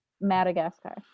Madagascar